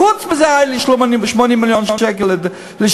וחוץ מזה היו לי 80 מיליון שקל לשיניים.